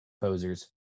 posers